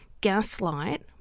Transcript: Gaslight